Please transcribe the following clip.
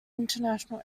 international